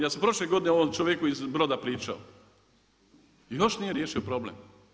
Ja sam prošle godine o ovom čovjeku iz Broda pričao i još nije riješio problem.